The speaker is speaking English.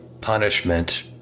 Punishment